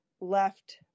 left